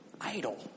idle